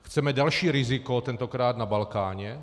Chceme další riziko, tentokrát na Balkáně?